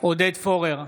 עודד פורר,